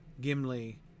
Gimli